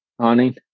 hunting